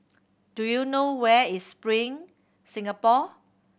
do you know where is Spring Singapore